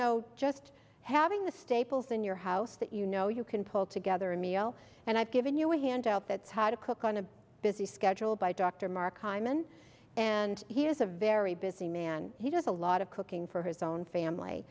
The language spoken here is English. know just having the staples in your house that you know you can pull together a meal and i've given you a handout that's how to cook on a busy schedule by dr mark hyman and he has a very busy man he does a lot of cooking for his own family